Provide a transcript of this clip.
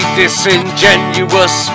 disingenuous